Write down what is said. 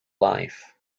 life